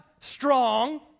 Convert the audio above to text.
strong